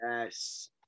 Yes